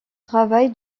travail